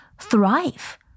thrive